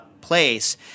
place